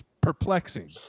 perplexing